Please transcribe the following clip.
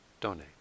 donate